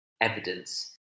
evidence